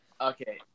Okay